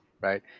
right